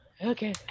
Okay